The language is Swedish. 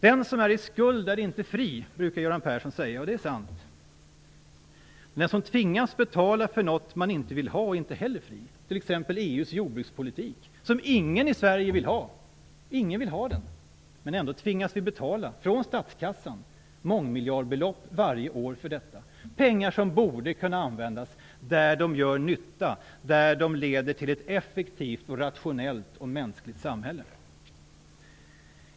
Den som är satt i skuld är inte fri brukar Göran Persson säga, och det är sant. Om man tvingas att betala för något som man inte vill ha är man inte heller fri. Jag tänker t.ex. på EU:s jordbrukspolitik, som ingen i Sverige vill ha. Ändå tvingas vi varje år att betala mångmiljardbelopp från statskassan för detta. Dessa pengar borde användas där de gör nytta och leder till ett effektivt, rationellt och mänskligt samhälle.